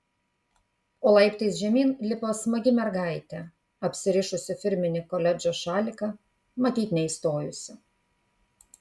o laiptais žemyn lipo smagi mergaitė apsirišusi firminį koledžo šaliką matyt neįstojusi